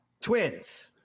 twins